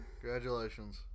Congratulations